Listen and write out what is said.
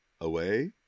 away